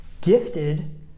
gifted